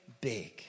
big